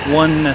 one